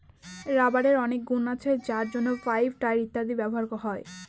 রাবারের অনেক গুন আছে যার জন্য পাইপ, টায়ার ইত্যাদিতে ব্যবহার হয়